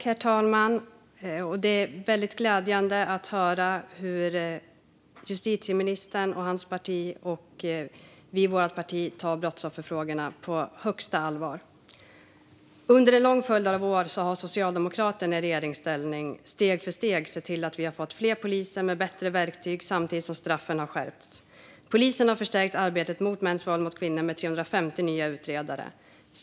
Herr talman! Det är väldigt glädjande att justitieministern och hans parti och vi i vårt parti tar brottsofferfrågorna på största allvar. Under en lång följd av år har Socialdemokraterna i regeringsställning steg för steg sett till att det har blivit fler poliser med bättre verktyg samtidigt som straffen har skärpts. Polisen har förstärkt arbetet mot mäns våld mot kvinnor med 350 nya utredare.